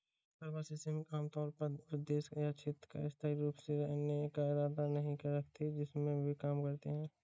प्रवासी श्रमिक आमतौर पर उस देश या क्षेत्र में स्थायी रूप से रहने का इरादा नहीं रखते हैं जिसमें वे काम करते हैं